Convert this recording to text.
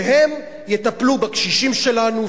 והם יטפלו בקשישים שלנו,